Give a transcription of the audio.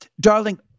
Darling